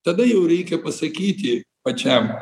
tada jau reikia pasakyti pačiam